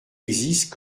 existent